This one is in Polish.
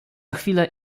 chwilę